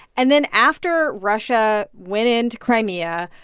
and then after russia went into crimea,